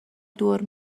دور